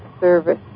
service